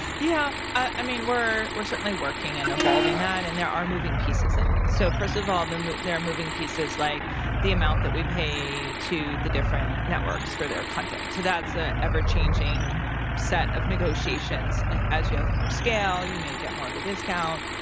yeah. i mean, we're we're certainly working and evolving that. and there are moving pieces in it. so first of all, there are moving pieces like the amount that we pay to the different networks for their content. so that's a ever-changing set of negotiations. like, as you have more scale, you may get more of a discount.